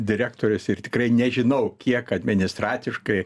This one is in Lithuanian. direktorius ir tikrai nežinau kiek administraciškai